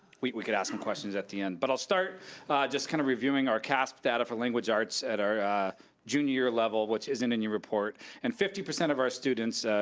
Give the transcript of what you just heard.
we can ask some questions at the end, but i'll start just kind of reviewing our caaspp data for language arts at our junior year level, which isn't in your report, and fifty percent of our students,